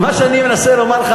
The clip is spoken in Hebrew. מה שאני מנסה לומר לך,